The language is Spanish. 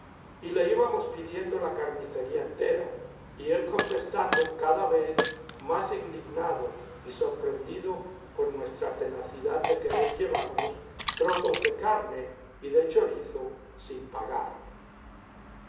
y le íbamos pidiendo la carnicería entera y él contestando cada vez más indignado y sorprendido por nuestra tenacidad de querer llevarnos trozos de carne y de chorizo sin pagar